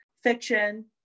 fiction